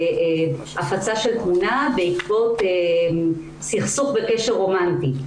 הפצה של תמונה בעקבות סכסוך בקשר רומנטי.